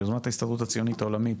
ביוזמת ההסתדרות הציונית העולמית,